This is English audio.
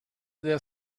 there